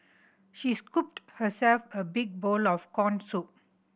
she scooped herself a big bowl of corn soup